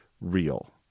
real